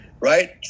Right